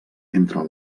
entre